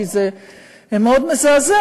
כי זה מאוד מזעזע,